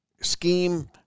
scheme –